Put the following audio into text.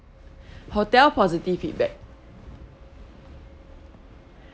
hotel positive feedback